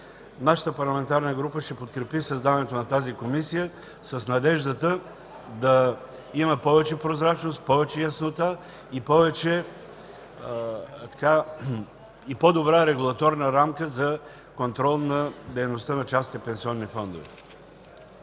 Нашата парламентарна група ще подкрепи създаването на тази комисия с надеждата да има повече прозрачност, повече яснота и по-добра регулаторна рамка за контрол на дейността на частните пенсионни фондове.